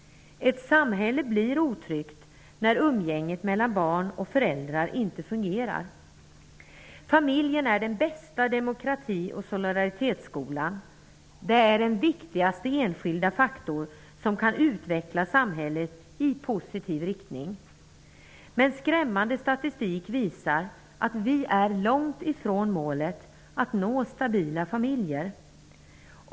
Ett samhälle blir otryggt när umgänget mellan barn och föräldrar inte fungerar. Familjen är den bästa demokrati och solidaritetsskolan. Det är den viktigaste enskilda faktor som kan utveckla samhället i positiv riktning. Men skrämmande statistik visar att vi är långt från målet att nå stabila familjer.